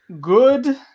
good